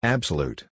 Absolute